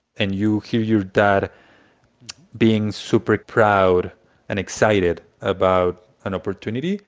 and you hear your dad being super proud and excited about an opportunity